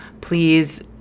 please